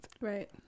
right